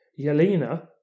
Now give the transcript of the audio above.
Yelena